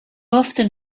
often